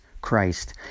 Christ